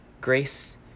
Grace